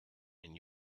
and